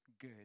good